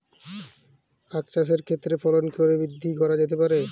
আক চাষের ক্ষেত্রে ফলন কি করে বৃদ্ধি করা যেতে পারে?